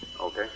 Okay